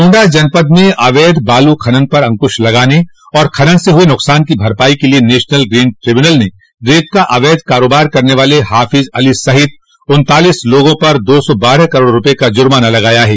गोंडा जनपद में अवैध बालू खनन पर अंकुश लगाने और खनन से हुए नुकसान की भरपाई के लिए नेशनल ग्रीन ट्राईब्यूनल ने रेत का अवैध कारोबार करने वाले हाफिज अली सहित उन्तालीस लोगों पर दो सौ बारह करोड़ रूपये का जुर्माना लगाया है